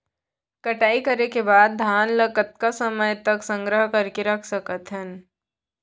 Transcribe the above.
कटाई के बाद धान ला कतका समय तक संग्रह करके रख सकथन?